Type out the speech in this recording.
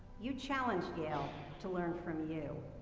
you challenged yale to learn from you.